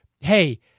hey